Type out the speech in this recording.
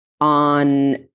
on